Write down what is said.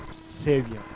Savior